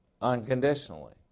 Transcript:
unconditionally